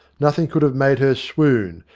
nothing could have made her swoon,